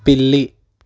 పిల్లి